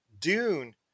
dune